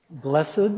Blessed